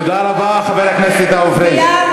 תודה רבה, חבר הכנסת עיסאווי פריג'.